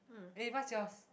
eh what's yours